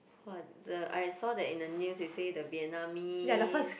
what the I saw that in the news they say the Vietnamese